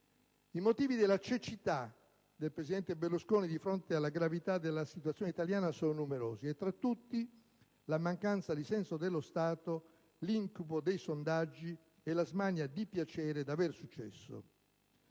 I motivi della cecità del presidente Berlusconi di fronte alla gravità della situazione italiana sono numerosi: tra tutti, la mancanza di senso dello Stato, l'incubo dei sondaggi e la smania di piacere e avere successo.